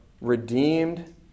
redeemed